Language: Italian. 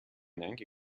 neanche